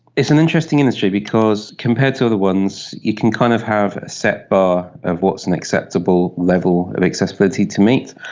it's an interesting industry because compared to other ones you can kind of have a set bar of what is an acceptable level of accessibility to meet.